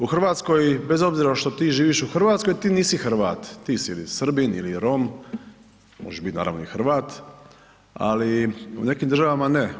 U RH bez obzira što ti živiš u RH, ti nisi Hrvat, ti si ili Srbin ili Rom, možeš biti naravno i Hrvat, ali u nekim državama ne.